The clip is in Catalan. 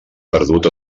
perdut